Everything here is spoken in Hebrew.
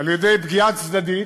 על-ידי פגיעה צדדית,